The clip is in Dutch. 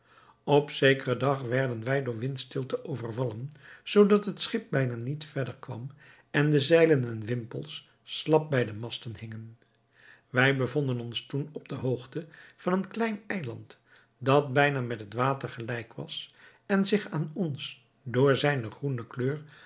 op zekeren dag werden wij door windstilte overvallen zoodat het schip bijna niet verder kwam en de zeilen en winpels slap bij de masten hingen wij bevonden ons toen op de hoogte van een klein eiland dat bijna met het water gelijk was en zich aan ons door zijne groene kleur